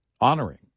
Honoring